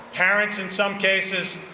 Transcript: parents in some cases,